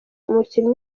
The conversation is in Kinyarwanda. umukinnyi